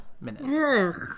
minutes